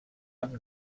amb